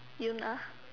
Yoona